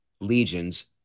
legions